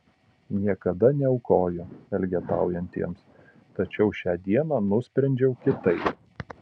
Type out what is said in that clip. niekada neaukoju elgetaujantiems tačiau šią dieną nusprendžiau kitaip